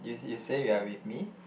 you you say you're with me